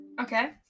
Okay